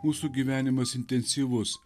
mūsų gyvenimas intensyvus